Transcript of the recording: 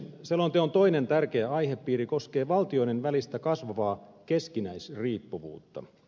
selonteon toinen tärkeä aihepiiri koskee valtioiden välistä kasvavaa keskinäisriippuvuutta